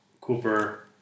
Cooper